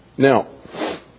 Now